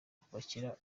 kubakira